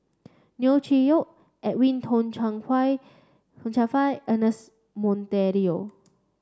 Neo Chwee Kok Edwin Tong Chun Tong Chun Fai Ernest Monteiro